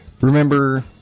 remember